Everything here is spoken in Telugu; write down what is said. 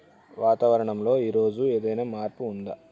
వాతావరణం లో ఈ రోజు ఏదైనా మార్పు ఉందా?